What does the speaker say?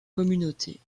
communauté